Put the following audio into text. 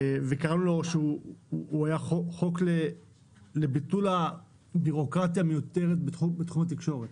מדובר בחוק לביטול הבירוקרטיה המיותרת בתחום התקשורת.